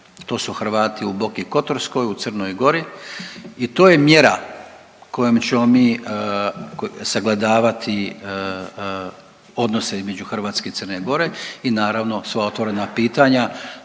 To su Hrvati u Boki kotorskoj, u Crnoj Gori i to je mjera kojom ćemo mi sagledavati odnose između Hrvatske i Crne Gore i naravno sva otvorena pitanja.